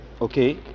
Okay